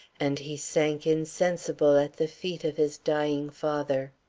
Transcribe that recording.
and he sank insensible at the feet of his dying father.